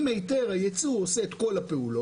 עם היתר הייצוא הוא עושה את כל הפעולות,